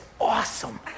awesome